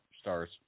Stars